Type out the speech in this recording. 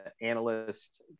analysts